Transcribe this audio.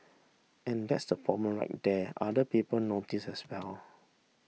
and that's the problem right there other people notice as well